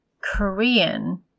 Korean